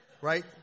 right